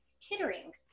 tittering